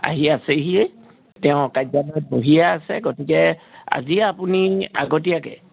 আহি আছেহিয়েই তেওঁ কাৰ্য্যালয়ত বহিয়ে আছে গতিকে আজিয়ে আপুনি আগতীয়াকৈ